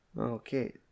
Okay